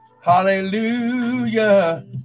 Hallelujah